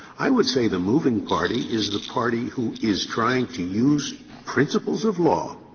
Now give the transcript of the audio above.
i would say the moving party is the party who is trying to use principles of law